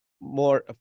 more